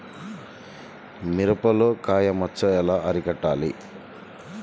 మిరపలో కాయ మచ్చ ఎలా అరికట్టాలి?